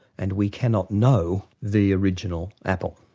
and we cannot know the original apple,